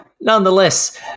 Nonetheless